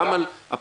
גם על הפרקליטות,